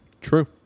True